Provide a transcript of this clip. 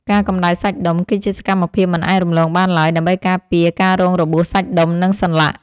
ការកម្តៅសាច់ដុំ គឺជាសកម្មភាពមិនអាចរំលងបានឡើយ ដើម្បីការពារការរងរបួសសាច់ដុំ និងសន្លាក់។